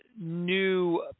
new